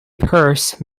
purse